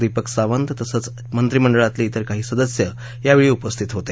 दीपक सावंत तसंच मंत्रिमंडळातले त्रिर काही सदस्य यावेळी उपस्थित होते